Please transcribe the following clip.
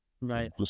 Right